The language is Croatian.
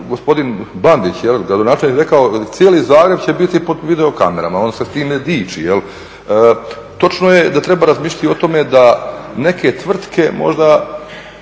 gospodin Bandić, gradonačelnik rekao cijeli Zagreb će biti pod videokamerama. On se s time diči. Točno je da treba razmišljati o tome da neke tvrtke možda